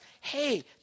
Hey